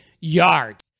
yards